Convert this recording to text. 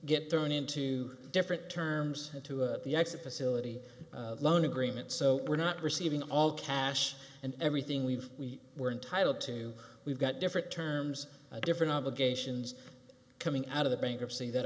get thrown into different terms to the exit facility loan agreement so we're not receiving all cash and everything we've we were entitled to we've got different terms a different obligations coming out of the bankruptcy that